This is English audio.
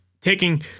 taking